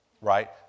Right